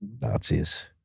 Nazis